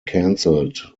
cancelled